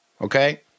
okay